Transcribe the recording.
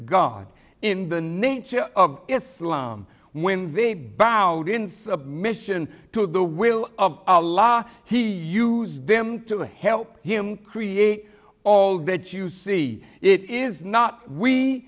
god in the name of islam when they bow out in submission to the will of a law he used them to help him create all that you see it is not we